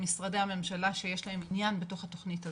משרדי הממשלה שיש להם עניין בתכנית הזאת.